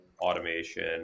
automation